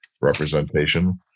representation